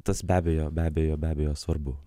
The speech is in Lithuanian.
tas be abejo be abejo be abejo svarbu